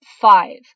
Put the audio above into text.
five